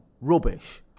Rubbish